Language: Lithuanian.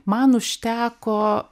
man užteko